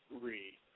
read